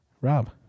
Rob